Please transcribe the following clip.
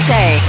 Say